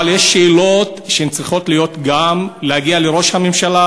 אבל יש שאלות שצריכות להגיע לראש הממשלה,